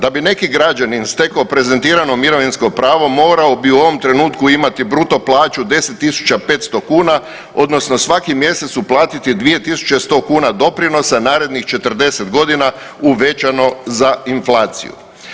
Da bi neki građanin stekao prezentirano mirovinsko pravo morao bi u ovom trenutku imati bruto plaću 10.500 kuna odnosno svaki mjesec uplatiti 2.100 kuna doprinosa narednih 40 godina uvećano za inflaciju.